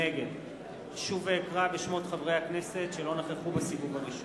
נגד שוב אקרא בשמות חברי הכנסת שלא נכחו בסיבוב הראשון.